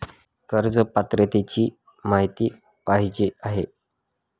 कर्ज पात्रतेची माहिती पाहिजे आहे?